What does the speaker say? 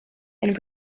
and